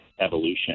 evolution